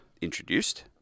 introduced